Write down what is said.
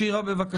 שירה בבקשה.